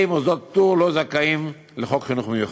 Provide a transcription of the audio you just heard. מוסדות פטור לא זכאים לחוק חינוך מיוחד.